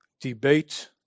debate